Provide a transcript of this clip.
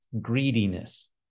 greediness